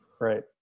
Right